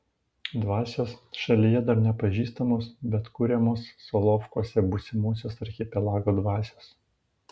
dvasios šalyje dar nepažįstamos bet kuriamos solovkuose būsimosios archipelago dvasios